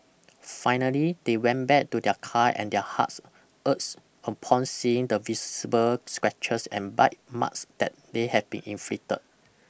finally they went back to their car and their hearts ached upon seeing the visible scratches and bite marks that they had been inflicted